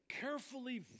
Carefully